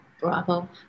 bravo